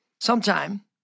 sometime